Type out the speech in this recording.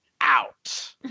out